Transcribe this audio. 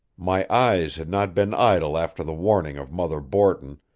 my eyes had not been idle after the warning of mother borton,